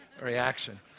reaction